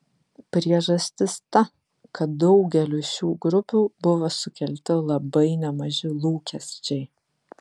priežastis ta kad daugeliui šių grupių buvo sukelti labai nemaži lūkesčiai